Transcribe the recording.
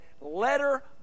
letter